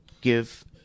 give